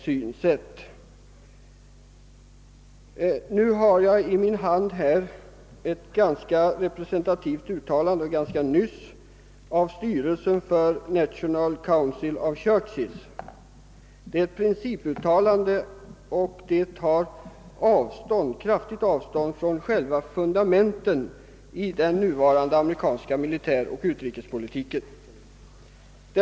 Jag har i min hand här ett ganska representativt och färskt uttalande av styrelsen för National Council of Churches. Det är ett principuttalande, som tar kraftigt avstånd från själva fundamenten i den nuvarande amerikanska militäroch utrikespolitiken.